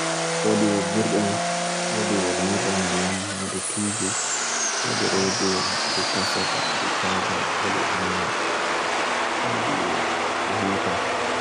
Odi wo girdum, odi wo nirum diyam, odi TV, odi radio, odi cassette, odi charger, odi iron, odi huheeda.